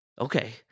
Okay